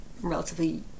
relatively